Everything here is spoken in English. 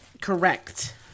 Correct